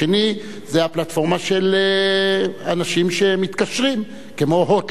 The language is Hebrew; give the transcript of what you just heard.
השנייה היא הפלטפורמה של אנשים שמתקשרים עם "הוט",